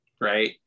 right